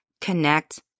connect